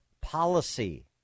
policy